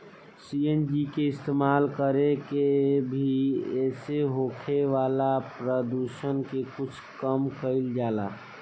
CNG के इस्तमाल कर के भी एसे होखे वाला प्रदुषण के कुछ कम कईल जाला